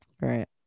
right